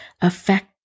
affect